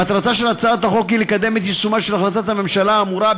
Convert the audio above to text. מטרתה של הצעת החוק היא לקדם את יישומה של החלטת הממשלה האמורה,